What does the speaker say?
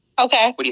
Okay